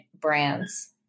brands